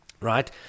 Right